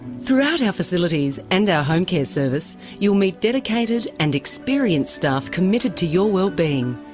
throughout our facilities and our home care service you will meet dedicated and experienced staff committed to your wellbeing.